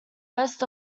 most